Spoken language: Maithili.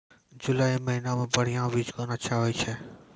जुलाई महीने मे बढ़िया बीज कौन अच्छा होय छै?